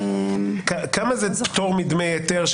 כמה זה פטור מדמי היתר?